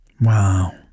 Wow